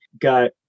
got